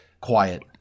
Quiet